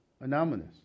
anonymous